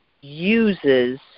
uses